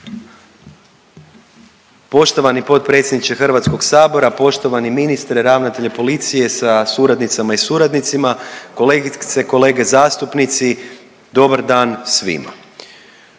Poštovani potpredsjedniče Hrvatskog sabora, poštovani ministre, ravnatelju policije sa suradnicama i suradnicima, kolegice i kolege zastupnici dobar dan svima.